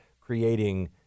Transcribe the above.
creating